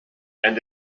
and